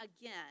again